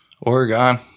Oregon